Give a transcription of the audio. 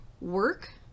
work